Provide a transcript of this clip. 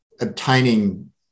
obtaining